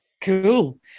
Cool